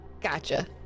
Gotcha